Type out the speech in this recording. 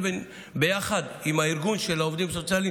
ויחד עם הארגון של העובדים הסוציאליים